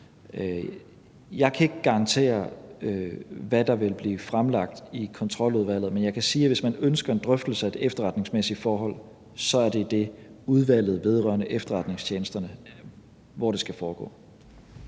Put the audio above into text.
Jeg kan ikke garantere, hvad der vil blive fremlagt i Kontroludvalget, men jeg kan sige, at det, hvis man ønsker en drøftelse at et efterretningsmæssigt forhold, så er i Udvalget vedrørende Efterretningstjenesterne, hvor det skal foregå.